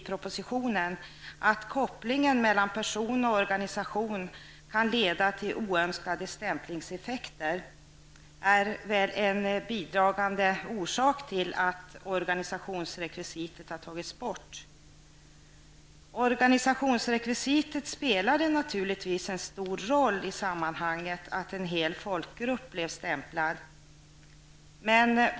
I propositionen sägs det att kopplingen mellan person och organisation kan leda till oönskade stämplingseffekter. Organisationsrekvisitet spelade naturligtvis en stor roll för att en hel folkgrupp blev stämplad.